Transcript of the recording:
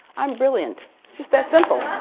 i'm brilliant. it's just that simple.